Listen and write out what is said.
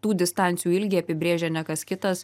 tų distancijų ilgį apibrėžia ne kas kitas